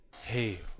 hey